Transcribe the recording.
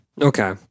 Okay